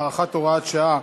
הארכת הוראת שעה),